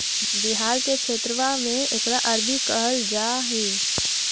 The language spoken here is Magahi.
बिहार के क्षेत्रवा में एकरा अरबी कहल जाहई